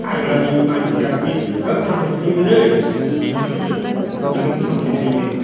आग्लानि मानसिफ्रा बेबादि खोब थामसायै थायोमोनलै इसोरफोर इदिखै थामसायै थायोमोन